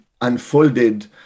unfolded